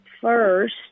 first